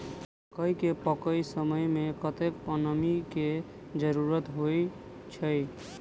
मकई केँ पकै समय मे कतेक नमी केँ जरूरत होइ छै?